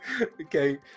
Okay